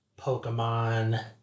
Pokemon